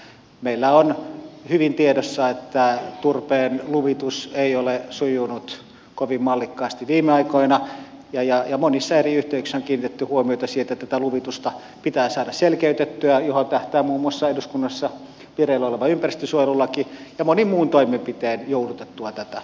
meillä on hyvin tiedossa että turpeen luvitus ei ole sujunut kovin mallikkaasti viime aikoina ja monissa eri yhteyksissä on kiinnitetty huomiota siihen että tätä luvitusta pitää saada selkeytettyä mihin tähtää muun muassa eduskunnassa vireillä oleva ympäristönsuojelulaki ja moni muu toimenpide jouduttaa tätä